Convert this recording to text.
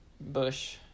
Bush